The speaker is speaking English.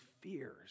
fears